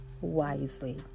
wisely